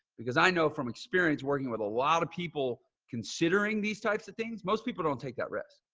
because i know from experience working with a lot of people, considering these types of things, most people don't take that risk.